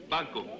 Banco